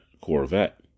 Corvette